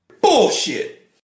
Bullshit